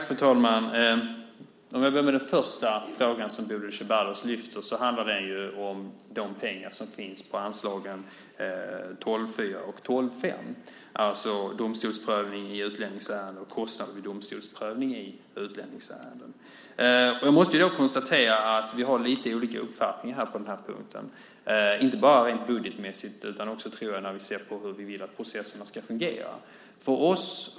Fru talman! Den första fråga som Bodil Ceballos ställde handlar om de pengar som finns inom anslagen 12:4 och 12:5 och som gäller domstolsprövning i utlänningsärenden och kostnader vid domstolsprövning i utlänningsärenden. Jag måste då konstatera att vi har lite olika uppfattningar på denna punkt, inte bara rent budgetmässigt utan också i fråga om hur vi vill att processerna ska fungera, tror jag.